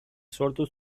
sortu